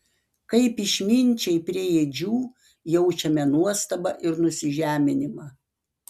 kaip išminčiai prie ėdžių jaučiame nuostabą ir nusižeminimą